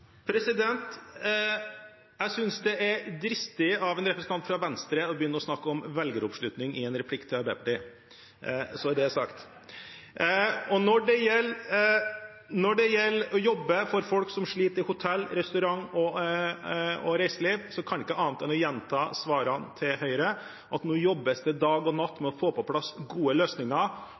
dristig av en representant fra Venstre å begynne å snakke om velgeroppslutning i en replikk til Arbeiderpartiet, så er det sagt. Når det gjelder å jobbe for folk som sliter i hotell-, restaurant- og reiselivsbransjen, kan jeg ikke annet enn å gjenta svarene til Høyre. Nå jobbes det dag og natt med å få på plass gode løsninger,